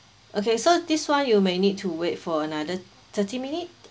okay so this one you may need to wait for another thirty minutes